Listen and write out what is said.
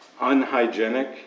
unhygienic